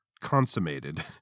consummated –